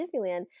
Disneyland